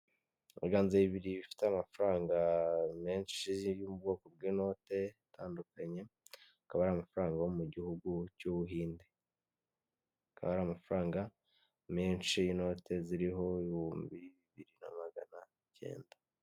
Ibiganza bibiri bifite amafaranga menshi yo mu ubwoko bw'inote atandukanye, akaba ari amafaranga wo mu gihugu cy'Ubuhinde, akaba ari amafaranga menshi y'inote ziriho ibihumbi bibiri na magana icyenda.